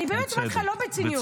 אני באמת אומרת לך, לא בציניות.